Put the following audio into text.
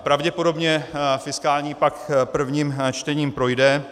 Pravděpodobně fiskální pakt prvním čtením projde.